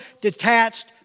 detached